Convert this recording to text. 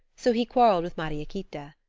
so he quarreled with mariequita.